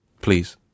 Please